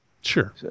Sure